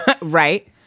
Right